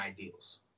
ideals